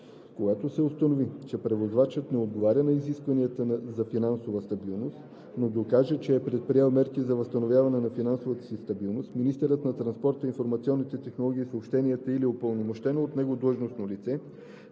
Когато се установи, че превозвачът не отговаря на изискванията за финансова стабилност, но докаже, че е предприел мерки за възстановяване на финансовата си стабилност, министърът на транспорта, информационните технологии и съобщенията или упълномощеното от него длъжностно лице